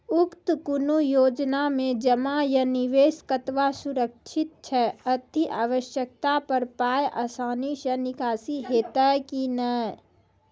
उक्त कुनू योजना मे जमा या निवेश कतवा सुरक्षित छै? अति आवश्यकता पर पाय आसानी सॅ निकासी हेतै की नै?